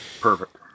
Perfect